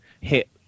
hit